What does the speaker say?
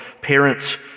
Parents